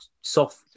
soft